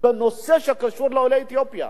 בנושא שקשור לעולי אתיופיה.